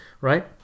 right